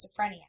schizophrenia